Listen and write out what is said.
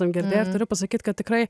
girdėję turiu pasakyti kad tikrai